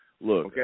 Look